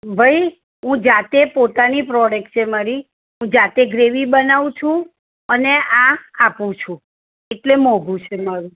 ભાઈ હું જાતે પોતાની પ્રોડક છે મારી હું જાતે ગ્રેવી બનાવું છું અને આ આપું છું એટલે મોંઘુ છે મારું